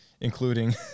including